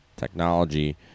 technology